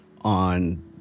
on